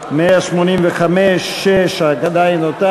של קבוצת סיעת העבודה